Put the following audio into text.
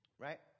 Right